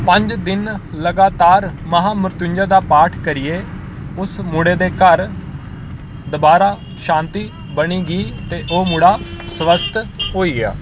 पंज दिन लगातार महामृत्युंजय दा पाठ करियै उस मुड़े दे घर दबारा शांति बनी गेई ते ओह् मुड़ा स्वस्थ होई गेआ